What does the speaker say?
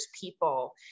people